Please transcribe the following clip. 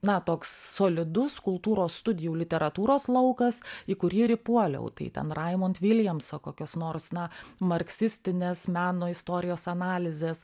na toks solidus kultūros studijų literatūros laukas į kurį ir įpuoliau tai ten raimond viljamso kokios nors na marksistinės meno istorijos analizės